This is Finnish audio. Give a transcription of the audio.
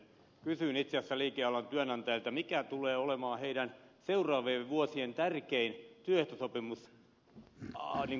kysyin itse asiassa liikealan työnantajilta mikä tulee olemaan heidän seuraavien vuosien tärkein painopisteensä työehtosopimuksessa